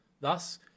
Thus